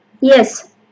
yes